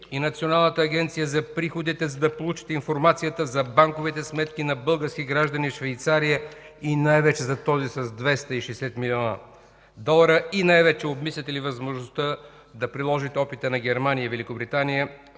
и Националната агенция за приходите, за да получите информацията за банковите сметки на български граждани в Швейцария, и най-вече за този с 260 млн. долара? Обмисляте ли възможността да приложите опита на Германия и Великобритания